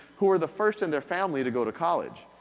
who were the first in their family to go to college.